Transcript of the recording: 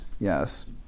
Yes